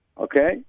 okay